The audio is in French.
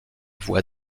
voie